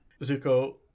Zuko